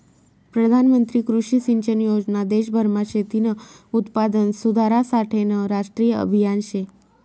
प्रधानमंत्री कृषी सिंचन योजना देशभरमा शेतीनं उत्पादन सुधारासाठेनं राष्ट्रीय आभियान शे